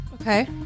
Okay